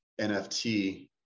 NFT